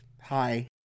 Hi